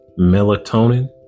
melatonin